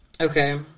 Okay